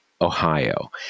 Ohio